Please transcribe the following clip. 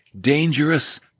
dangerous